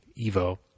Evo